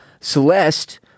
Celeste